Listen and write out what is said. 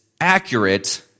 accurate